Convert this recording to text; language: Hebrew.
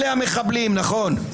אלה המחבלים, נכון.